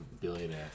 billionaire